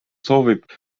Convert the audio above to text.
soovib